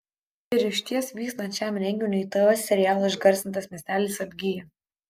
ir išties vykstant šiam renginiui tv serialo išgarsintas miestelis atgyja